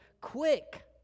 quick